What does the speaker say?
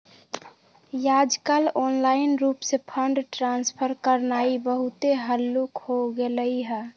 याजकाल ऑनलाइन रूप से फंड ट्रांसफर करनाइ बहुते हल्लुक् हो गेलइ ह